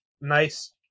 Nice